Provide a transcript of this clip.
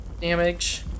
damage